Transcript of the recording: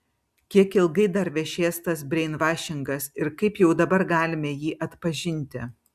kiek ilgai dar vešės tas breinvašingas ir kaip jau dabar galime jį atpažinti